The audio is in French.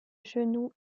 genou